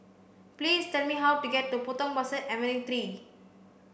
please tell me how to get to Potong Pasir Avenue three